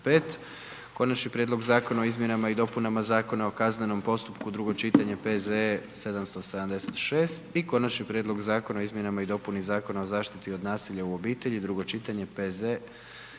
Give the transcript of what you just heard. Konačni prijedlog zakona o izmjenama i dopunama Zakona o kaznenom postupku, drugo čitanje, P.Z.E. br. 776 - Konačni prijedlog zakona o izmjenama i dopuni Zakona o zaštiti od nasilja u obitelji, drugo čitanje, P.Z.